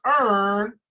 earn